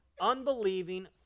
unbelieving